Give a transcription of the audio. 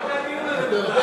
מה זה הדיון הזה בכלל?